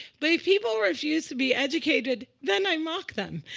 but if people refuse to be educated, then i mock them.